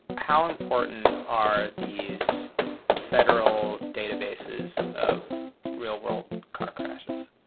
how important are these federal databases of real-world car crashes?